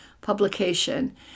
publication